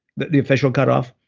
the official cutoff.